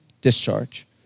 discharge